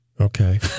Okay